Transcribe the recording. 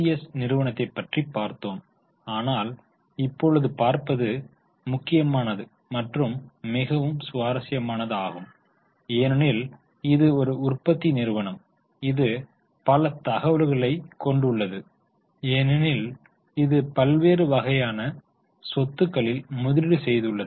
S நிறுவனத்தை பற்றி பார்த்தோம் ஆனால் இப்பொழுது பார்ப்பது முக்கியமானது மற்றும் மிகவும் சுவாரஸ்யமானது ஆகும் ஏனெனில் இது ஒரு உற்பத்தி நிறுவனம் இது பல தகவல்களை கொண்டுள்ளது ஏனெனில் இது பல்வேறு வகையான சொத்துக்களில் முதலீடு செய்துள்ளது